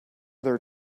their